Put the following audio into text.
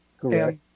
Correct